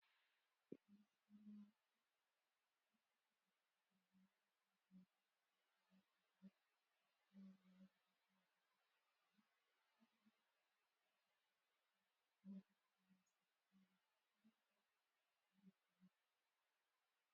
Ubuyobwa ni igihingwa cyiza, kibamo intungamubiri nyinshi.